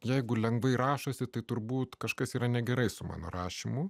jeigu lengvai rašosi tai turbūt kažkas yra negerai su mano rašymu